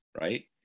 right